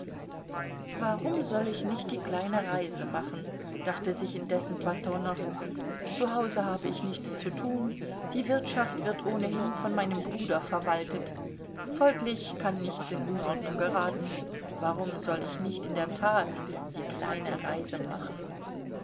warum soll ich nicht die kleine reise machen dachte sich indessen platonow zu hause habe ich nichts zu tun die wirtschaft wird ohnehin von meinem bruder verwaltet folglich kann nichts in unordnung geraten warum soll ich nicht in der tat die kleine reise machen